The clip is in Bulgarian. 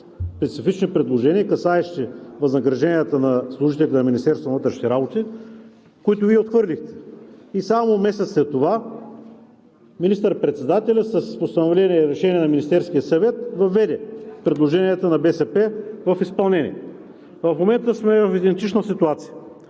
специфични предложения, касаещи възнагражденията на служителите на Министерството на вътрешните работи, които Вие отхвърлихте, и само месец след това министър-председателят с решение на Министерския съвет въведе предложенията на БСП в изпълнение. В момента сме в идентична ситуация.